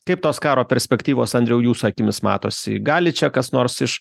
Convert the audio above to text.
kaip tos karo perspektyvos andriau jūsų akimis matosi gali čia kas nors iš